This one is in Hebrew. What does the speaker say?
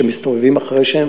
שמסתובבים אחרי שהם